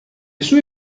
sue